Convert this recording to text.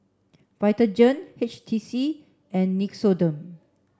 Vitagen H T C and Nixoderm